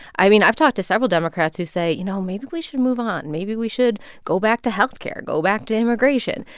i mean, i've talked to several democrats who say, you know, maybe we should move on. and maybe we should go back to health care, go back to immigration.